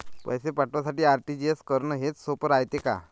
पैसे पाठवासाठी आर.टी.जी.एस करन हेच सोप रायते का?